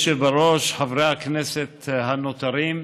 אדוני היושב-ראש, חברי הכנסת הנותרים,